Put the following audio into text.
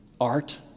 art